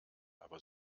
aber